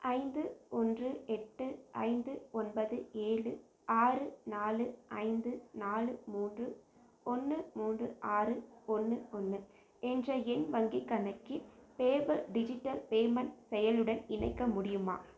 ஐந்து ஒன்று எட்டு ஐந்து ஒன்பது ஏழு ஆறு நாலு ஐந்து நாலு மூன்று ஒன்று மூன்று ஆறு ஒன்று ஒன்று என்ற என் வங்கிக் கணக்கை பேபால் டிஜிட்டல் பேமெண்ட் செயலியுடன் இணைக்க முடியுமா